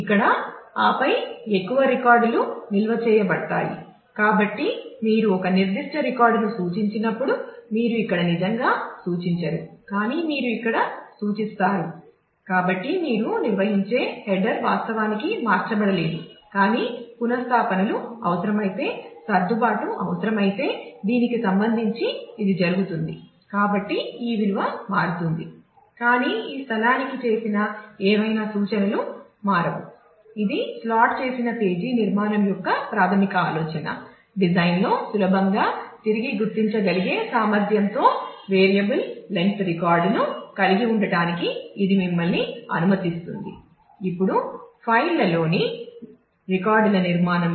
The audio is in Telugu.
ఇప్పుడు ఫైల్లోని రికార్డుల నిర్మాణం ఏమిటో చూద్దాం